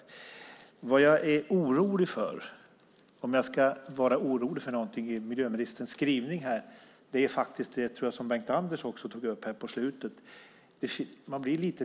Ska jag vara orolig och misstänksam mot något i miljöministerns skrivning är det mot det som Bengt-Anders också tog upp mot slutet.